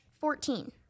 Fourteen